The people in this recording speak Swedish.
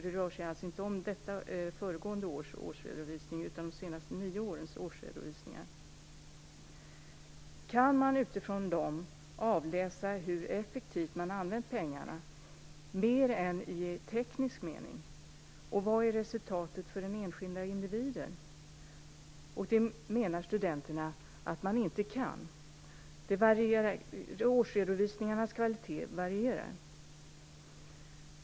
Det rör sig inte alltså om föregående års årsredovisning utan om de senaste nio årens årsredovisningar. Kan man utifrån dem avläsa hur effektivt man har använt pengarna annat än i teknisk mening, och vad är resultatet för den enskilde individen? Det menar studenterna att man inte kan. Årsredovisningarnas kvalitet varierar.